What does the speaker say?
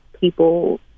people